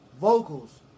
vocals